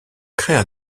créa